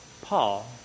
Paul